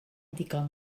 ddigon